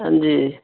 ਹਾਂਜੀ